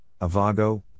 Avago